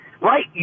right